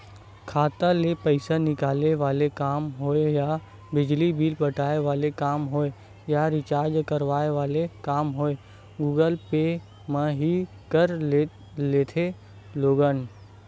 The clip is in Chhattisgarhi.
खाता ले पइसा निकाले वाले काम होय या बिजली बिल पटाय वाले काम होवय या रिचार्ज कराय वाले काम होवय गुगल पे म ही कर लेथे लोगन